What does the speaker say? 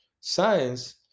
science